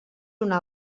una